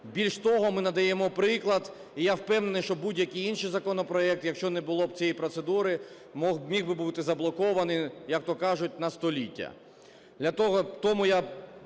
Більш того, ми надаємо приклад, і я впевнений, що будь-який інший законопроект, якщо б не було цієї процедури, міг би бути заблокований, як-то кажуть, на століття.